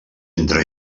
entre